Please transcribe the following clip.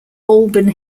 alban